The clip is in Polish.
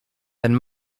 ten